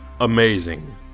Amazing